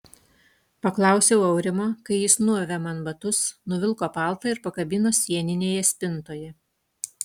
paklausiau aurimo kai jis nuavė man batus nuvilko paltą ir pakabino sieninėje spintoje